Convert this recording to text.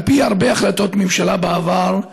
על פי הרבה החלטות ממשלה בעבר,